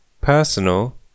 personal